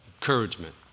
encouragement